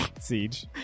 Siege